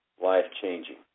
life-changing